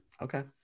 okay